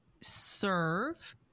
serve